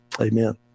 Amen